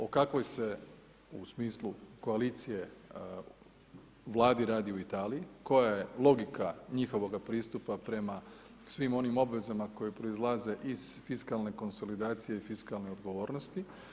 O kakvoj se, u smislu koalicije, Vladi radi u Italiji, koja je logika njihovoga pristupa prema svim onim obvezama koje proizlaze iz fiskalne konsolidacije i fiskalne odgovornosti.